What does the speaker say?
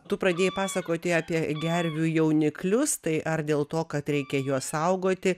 tu pradėjai pasakoti apie gervių jauniklius tai ar dėl to kad reikia juos saugoti